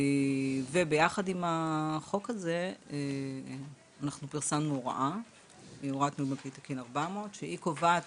וביחד עם החוק הזה אנחנו פרסמנו הוראת ניהול בנקאי תקין 400 שהיא קובעת